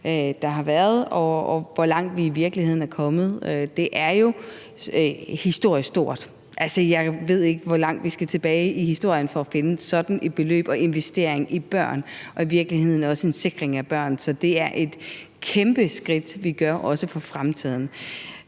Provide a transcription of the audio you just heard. der har været, og for, hvor langt vi i virkeligheden er kommet. Det er jo historisk stort. Altså, jeg ved ikke, hvor langt vi skal tilbage i historien for at finde sådan et beløb og sådan en investering i børn, der i virkeligheden også er en sikring af børn. Så det er et kæmpe skridt, vi gør, også for fremtiden.